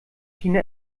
china